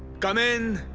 come in.